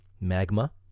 magma